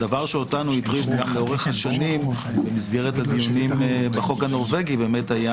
הדבר שאותנו הטריד לאורך השנים במסגרת הדיונים בחוק הנורבגי באמת היה